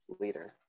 Leader